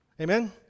Amen